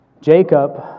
Jacob